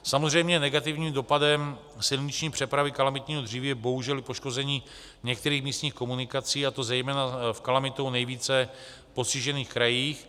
Samozřejmě negativním dopadem silniční přepravy kalamitního dříví je bohužel i poškození některých místních komunikací, a to zejména v kalamitou nejvíce postižených krajích.